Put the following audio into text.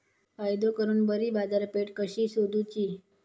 फायदो करून बरी बाजारपेठ कशी सोदुची?